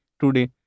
today